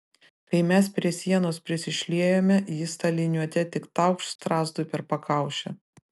kai mes prie sienos prisišliejome jis ta liniuote tik taukšt strazdui per pakaušį